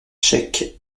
cheikh